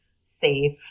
safe